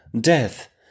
death